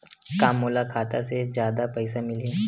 का मोला खाता से जादा पईसा मिलही?